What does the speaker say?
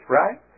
right